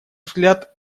взгляд